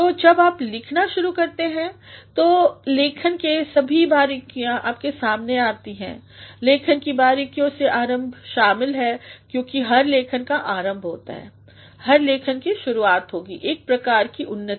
तो जब आप लिखना शुरू करते हैं तब लेखन के सभी बारीकियां आपके सामने आती हैं लेखन के बारीकियों में आरंभशामिल है क्योंकि हर लेखन का आरंभ होगा हर लेखनकी शुरुआत होगी एक प्रकार की उन्नति